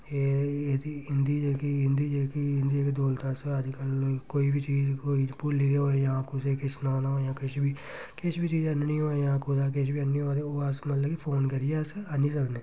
एह् एह्दी इंदी जेह्की इं'दी जेह्की इं'दी बदौलत अस अज्जकल कोई बी चीज़ कोई चीज़ भुल्ली दी होऐ जां कुसै गी किश सनानां जा किश बी किश बी चीज आह्ननी होऐ जांं कुदै किश बी आह्ननी होऐ ते ओह् अस मतलब कि फोन करियै अस आह्नी सकनें